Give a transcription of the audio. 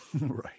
Right